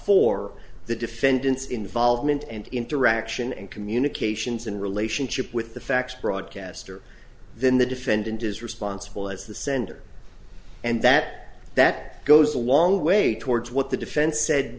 for the defendant's involvement and interaction and communications in relationship with the facts broadcaster then the defendant is responsible as the sender and that that goes a long way towards what the defense said